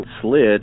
slid